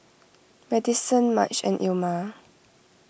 Madyson Marge and Ilma